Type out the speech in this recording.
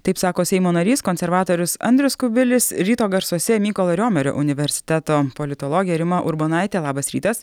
taip sako seimo narys konservatorius andrius kubilis ryto garsuose mykolo riomerio universiteto politologė rima urbonaitė labas rytas